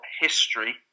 history